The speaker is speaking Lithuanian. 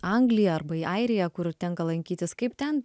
angliją arba į airiją kur tenka lankytis kaip ten